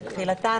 בתחילתן,